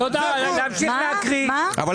זה הכול.